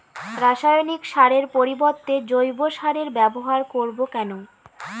রাসায়নিক সারের পরিবর্তে জৈব সারের ব্যবহার করব কেন?